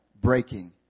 breaking